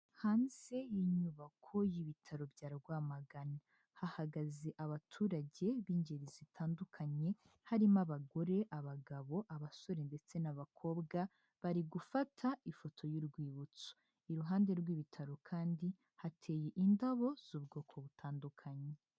Hanze y'inyubako y'ibitaro bya Rwamagana, hahagaze abaturage b'ingeri zitandukanye harimo abagore, abagabo, abasore ndetse n'abakobwa bari gufata ifoto y'urwibutso, iruhande rw'ibitaro kandi hateye indabo z'ubwoko butandukanye.